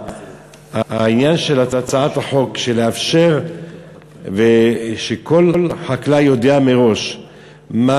העניין של הצעת החוק של לאפשר שכל חקלאי ידע מראש מה